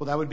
well that would be